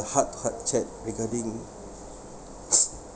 heart heart chat regarding